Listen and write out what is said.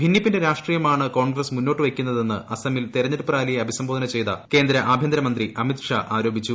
ഭിന്നിപ്പിന്റെ രാഷ്ട്രീയമാണ് കോൺഗ്രസ് മുന്നോട്ട് വയ്ക്കുന്ന്തെന്ന് അസമിൽ ആതരഞ്ഞെടുപ്പ് റാലിയെ അഭിസംബോധന ചെയ്ത കേന്ദ്ര ആരോപിച്ചു